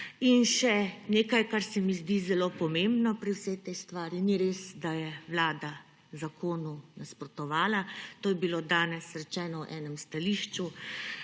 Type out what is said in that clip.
In še nekaj, kar se mi zdi zelo pomembno pri vsej tej stvari. Ni res, da je Vlada zakonu nasprotovala; to je bilo danes rečeno v enem stališču.